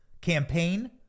campaign